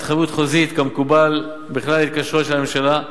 התחייבות חוזית כמקובל בכלל ההתקשרויות של הממשלה.